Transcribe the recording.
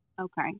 Okay